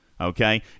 Okay